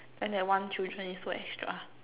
then that one children is so extra